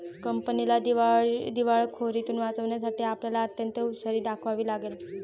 कंपनीला दिवाळखोरीतुन वाचवण्यासाठी आपल्याला अत्यंत हुशारी दाखवावी लागेल